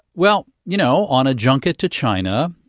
well, you know, on a junket to china,